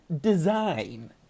Design